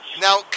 Now